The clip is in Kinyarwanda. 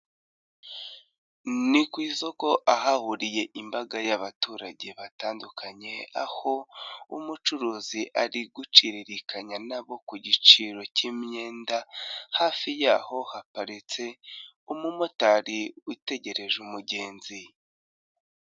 Ni ku isoko ahahuriye imbaga y'abaturage batandukanye, aho umucuruzi ari guciririkanya nabo ku giciro cyimyenda, hafi yaho hapatse umumotari utegereje umugenzi.